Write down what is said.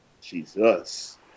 Jesus